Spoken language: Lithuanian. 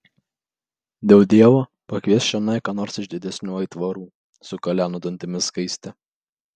dėl dievo pakviesk čionai ką nors iš didesnių aitvarų sukaleno dantimis skaistė